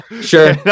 sure